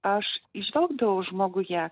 aš įžvelgdavau žmoguje